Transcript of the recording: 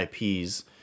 IPs